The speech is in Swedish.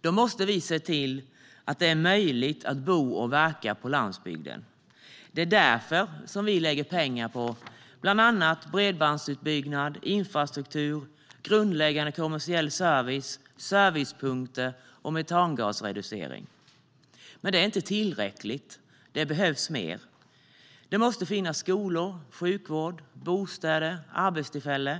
Då måste vi se till att det är möjligt att bo och verka på landsbygden. Det är därför vi lägger pengar på bland annat bredbandsutbyggnad, infrastruktur, grundläggande kommersiell service, servicepunkter och metangasreducering. Men det är inte tillräckligt - det behövs mer. Det måste finnas skolor, sjukvård, bostäder och arbetstillfällen.